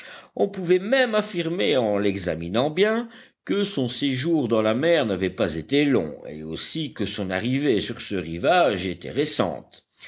on pouvait même affirmer en l'examinant bien que son séjour dans la mer n'avait pas été long et aussi que son arrivée sur ce rivage était récente